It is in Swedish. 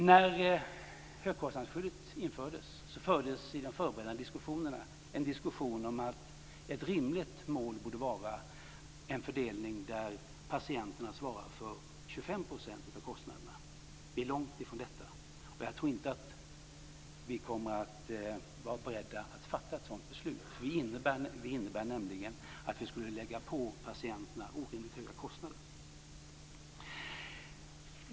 När högkostnadsskyddet infördes fördes i de förberedande diskussionerna ett resonemang om att ett rimligt mål borde vara en fördelning där patienterna svarar för 25 % av kostnaderna. Vi är långt ifrån detta, och jag tror inte att vi kommer att vara beredda att fatta ett sådant beslut. Det innebär nämligen att vi skulle lägga på patienterna orimligt stora kostnader.